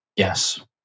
Yes